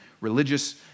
religious